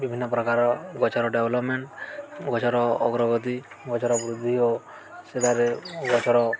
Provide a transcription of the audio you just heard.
ବିଭିନ୍ନ ପ୍ରକାର ଗଛର ଡେଭେଲପମେଣ୍ଟ ଗଛର ଅଗ୍ରଗତି ଗଛର ବୃଦ୍ଧି ଓ ସେଠାରେ ଗଛର